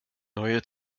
neue